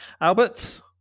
Albert